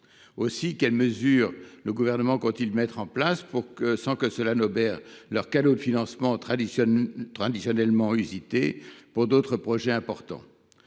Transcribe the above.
Aussi, quelles mesures le Gouvernement compte t il mettre en place sans que cela obère les canaux de financement traditionnellement usités par les communes pour d’autres projets importants ?